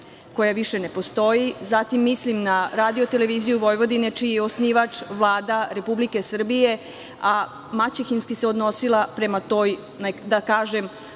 koja više ne postoji, zatim mislim na radio televiziju Vojvodine čiji je osnivač Vlada Republike Srbije, a maćehinski se odnosila prema toj, da kažem,